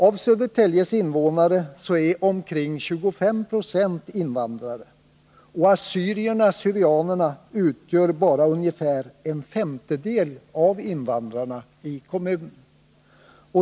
Av Södertäljes invånare är omkring 25 20 invandrare, och assyrierna/syrianerna utgör bara ungefär en femtedel av invandrarna i kommunen.